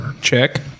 Check